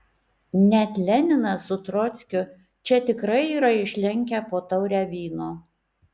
net leninas su trockiu čia tikrai yra išlenkę po taurę vyno